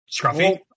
Scruffy